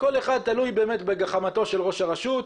כל אחד תלוי בגחמתו של ראש הרשות,